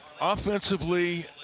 Offensively